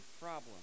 problem